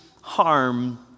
harm